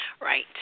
right